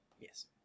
Yes